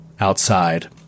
outside